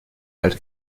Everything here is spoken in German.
alte